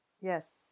Yes